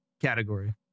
category